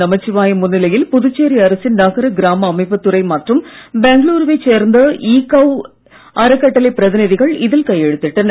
நமச்சிவாயம் முன்னிலையில் புதுச்சேரி அரசின் நகர கிராம அமைப்புத் துறை மற்றும் பெங்களுரு வைச் சேர்ந்த இ கவ் அறக்கட்டளைப் பிரதிநிதிகள் இதில் கையெழுத்திட்டனர்